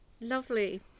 lovely